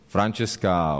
Francesca